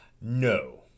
No